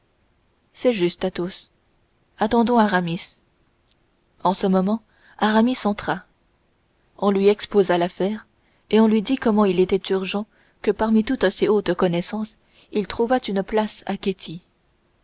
c'est juste dit athos attendons aramis en ce moment aramis entra on lui exposa l'affaire et on lui dit comment il était urgent que parmi toutes ses hautes connaissances il trouvât une place